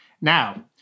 Now